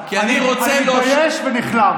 ואני השבתי לו, בושה וחרפה.